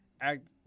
act